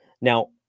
Now